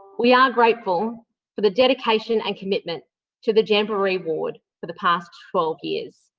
we are grateful for the dedication and commitment to the jamboree ward for the past twelve years.